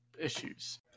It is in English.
issues